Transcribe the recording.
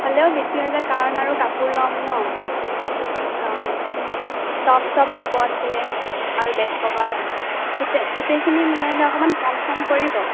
হ'লেও বেছি হৈছে কাৰণ আৰু কাপোৰ ল'ম ন' অঁ টপ চপ ল'ব আছিলে আৰু বেড ক'ভাৰ গোটেইখিনি মিলাই লৈ অকণমান কম চম কৰিব